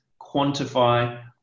quantify